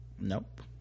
nope